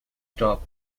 stop